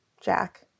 Jack